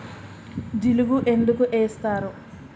జిలుగు ఎందుకు ఏస్తరు?